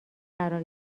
قرار